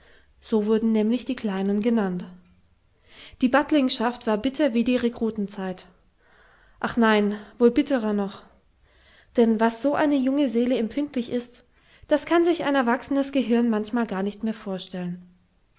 so wurden nämlich die kleinen genannt die battlingschaft war bitter wie die rekrutenzeit ach nein wohl bitterer noch denn was so eine junge seele empfindlich ist das kann sich ein erwachsenes gehirn manchmal gar nicht mehr vorstellen